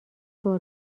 بار